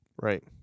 right